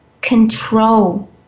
control